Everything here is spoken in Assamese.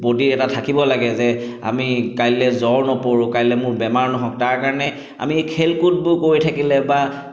বডীৰ এটা থাকিব লাগে যে আমি কাইলৈ জ্বৰ নপৰোঁ কাইলৈ মোৰ বেমাৰ নহওক তাৰ কাৰণে আমি খেল কুদবোৰ কৰি থাকিলে বা